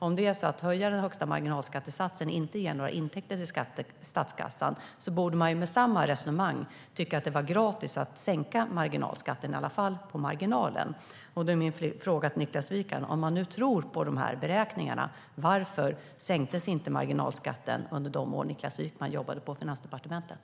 Om det inte ger några intäkter till statskassan att höja den högsta marginalskattesatsen borde man ju med samma resonemang tycka att det var gratis att sänka marginalskatten, i alla fall på marginalen. Då är min fråga till Niklas Wykman: Om han nu tror på de här beräkningarna, varför sänktes inte marginalskatten under de år som Niklas Wykman jobbade på Finansdepartementet?